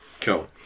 Cool